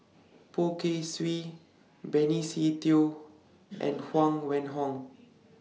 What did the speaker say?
Poh Kay Swee Benny Se Teo and Huang Wenhong